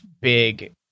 big